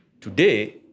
Today